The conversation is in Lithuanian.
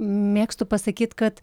mėgstu pasakyt kad